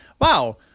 wow